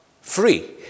free